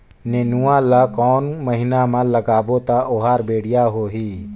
नेनुआ ला कोन महीना मा लगाबो ता ओहार बेडिया होही?